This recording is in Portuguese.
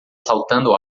saltando